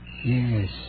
Yes